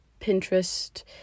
Pinterest